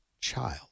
child